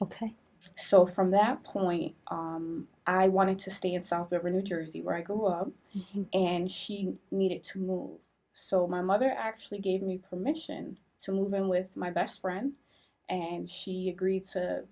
ok so from that point i wanted to stay in south over new jersey where i grew up and she needed to move so my mother actually gave me permission to move in with my best friends and she agreed to